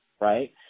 right